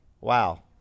wow